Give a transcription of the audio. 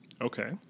Okay